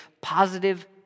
positive